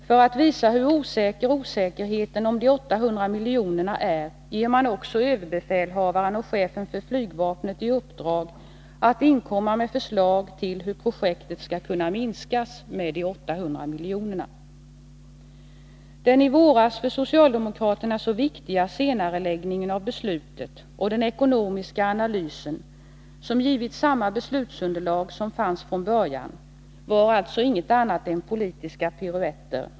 För att visa hur stor osäkerheten om de 800 miljonerna är ger man också överbefälhavaren och chefen för flygvapnet i uppdrag att inkomma med förslag om hur projektet skall kunna minskas med de 800 miljonerna. Deni våras för socialdemokraterna så viktiga senareläggningen av beslutet och den ekonomiska analysen som gav precis samma beslutsunderlag som fanns från början var alltså inget annat än politiska piruetter.